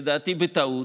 לדעתי בטעות,